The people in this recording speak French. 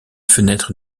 fenêtre